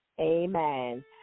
Amen